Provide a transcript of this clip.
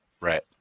Right